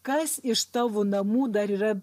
kas iš tavo namų dar yra